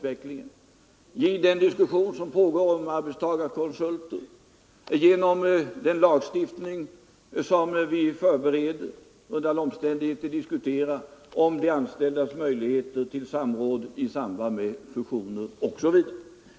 Vidare pågår diskussioner om arbetstagarkonsulter, och vi förbereder eller, under alla omständigheter, diskuterar en lagstiftning om de anställdas möjligheter till samråd i samband med fusioner osv.